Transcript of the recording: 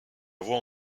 voie